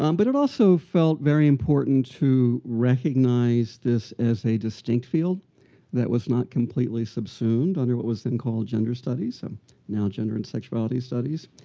um but it also felt very important to recognize this as a distinct field that was not completely subsumed under what was then called gender studies so now called gender and sexuality studies.